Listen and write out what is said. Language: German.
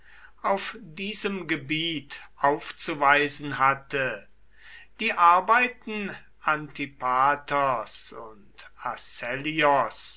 auf diesem gebiet aufzuweisen hatte die arbeiten antipaters und